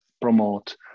promote